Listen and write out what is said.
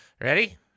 Ready